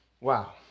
Wow